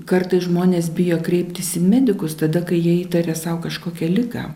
kartais žmonės bijo kreiptis į medikus tada kai jie įtarė sau kažkokią ligą